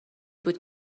بود